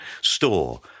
store